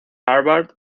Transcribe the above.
harvard